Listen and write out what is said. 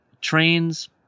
Trains